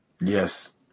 Yes